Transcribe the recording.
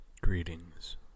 Greetings